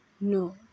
No